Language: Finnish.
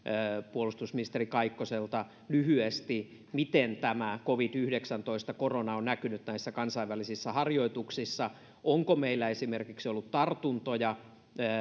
puolustusministeri kaikkoselta lyhyesti miten tämä covid yhdeksäntoista korona on näkynyt näissä kansainvälisissä harjoituksissa onko meillä esimerkiksi ollut tartuntoja